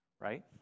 right